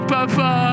Papa